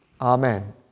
Amen